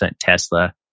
Tesla